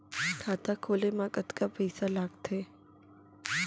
खाता खोले मा कतका पइसा लागथे?